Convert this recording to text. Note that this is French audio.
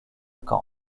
camp